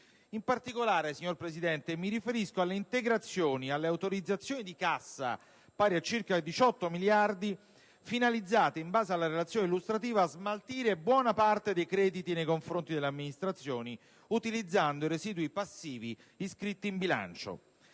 In particolare, signor Presidente, mi riferisco alle integrazioni, alle autorizzazioni di cassa - pari a circa 18 miliardi - finalizzate, in base alla relazione illustrativa, a smaltire buona parte dei crediti nei confronti delle amministrazioni, utilizzando i residui passivi iscritti in bilancio.